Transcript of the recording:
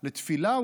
לתפילה,